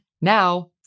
now